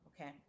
okay